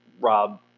Rob